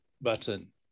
button